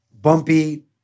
bumpy